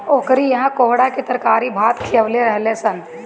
ओकरी इहा कोहड़ा के तरकारी भात खिअवले रहलअ सअ